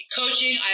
coaching